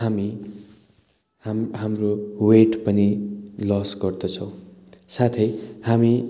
हामी हाम हाम्रो वेट पनि लस गर्दछौँ साथै हामी